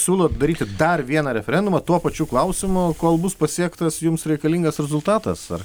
siūlot daryti dar vieną referendumą tuo pačiu klausimu kol bus pasiektas jums reikalingas rezultatas ar